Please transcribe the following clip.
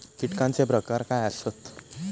कीटकांचे प्रकार काय आसत?